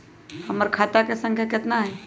हमर खाता के सांख्या कतना हई?